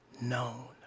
known